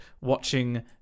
watching